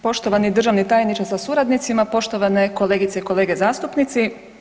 Poštovani državni tajniče sa suradnicima, poštovane kolegice i kolege zastupnici.